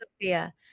Sophia